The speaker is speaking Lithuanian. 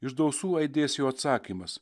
iš dausų aidės jo atsakymas